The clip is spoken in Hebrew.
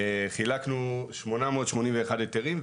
חילקנו 881 היתרים,